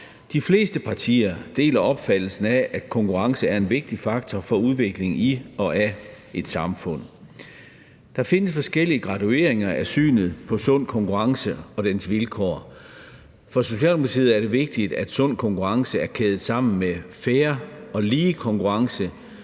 De fleste partier deler opfattelsen af, at konkurrence er en vigtig faktor for udvikling i og af et samfund. Der findes forskellige gradueringer af synet på sund konkurrence og dens vilkår. For Socialdemokratiet er det vigtigt, at sund konkurrence er kædet sammen med fair og lige konkurrence,